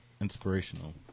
inspirational